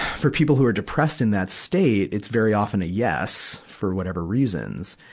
for people who are depressed in that state, it's very often a yes, for whatever reasons.